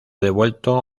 devuelto